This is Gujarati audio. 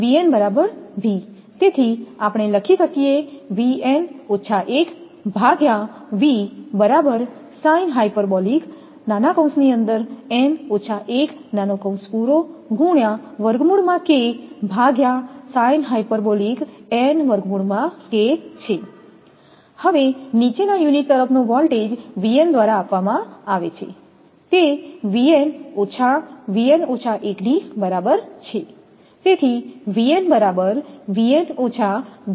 તેથી આપણે લખી શકીએ હવે નીચેના યુનિટ તરફનો વોલ્ટેજ દ્વારા આપવામાં આવે છે તે ની બરાબર છે